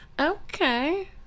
Okay